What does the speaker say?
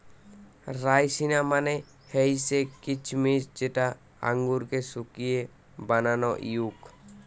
রাইসিনা মানে হৈসে কিছমিছ যেটা আঙুরকে শুকিয়ে বানানো হউক